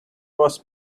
was